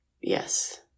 yes